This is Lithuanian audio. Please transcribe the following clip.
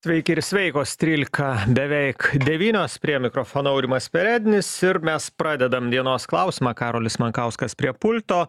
sveiki ir sveikos trylika beveik devynios prie mikrofono aurimas perednis ir mes pradedam dienos klausimą karolis mankauskas prie pulto